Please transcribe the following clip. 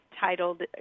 titled